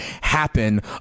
happen